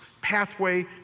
pathway